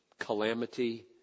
Calamity